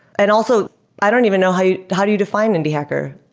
and also i don't even know how how do you define indie hacker.